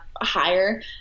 higher